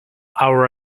our